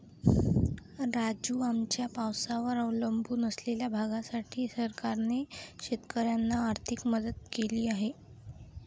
राजू, आमच्या पावसावर अवलंबून असलेल्या भागासाठी सरकारने शेतकऱ्यांना आर्थिक मदत केली आहे